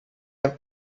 have